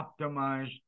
optimized